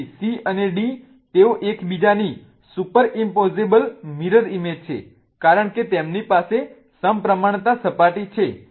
તેથી C અને D તેઓ એકબીજાની સુપર ઈમ્પોઝેબલ મિરર ઈમેજ છે કારણ કે તેમની પાસે સમપ્રમાણતા સપાટી છે